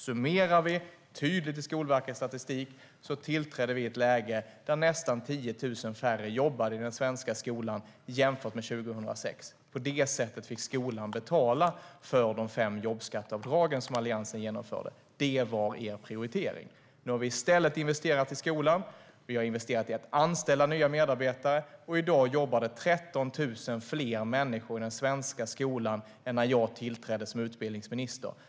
Det är tydligt i Skolverkets statistik att vi tillträdde i ett läge där nästan 10 000 färre jobbade i den svenska skolan jämfört med 2006. På det sättet fick skolan betala för de fem jobbskatteavdrag som Alliansen genomförde. Det var er prioritering. Nu har vi i stället investerat i skolan. Vi har investerat i att anställa nya medarbetare. I dag jobbar det 13 000 fler människor i den svenska skolan än när jag tillträdde som utbildningsminister.